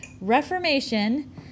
Reformation